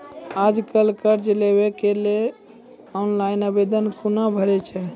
आज कल कर्ज लेवाक लेल ऑनलाइन आवेदन कूना भरै छै?